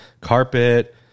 carpet